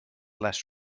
less